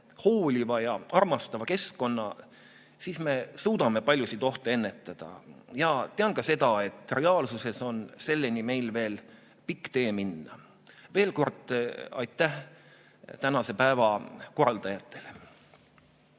hooliva ja armastava keskkonna, siis me suudame paljusid ohte ennetada. Ja tean ka seda, et reaalsuses on selleni meil veel pikk tee minna. Veel kord, aitäh tänase päeva korraldajatele!